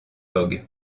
fogg